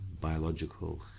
biological